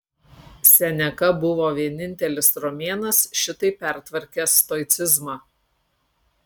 seneka buvo vienintelis romėnas šitaip pertvarkęs stoicizmą